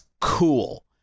cool